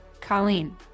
Colleen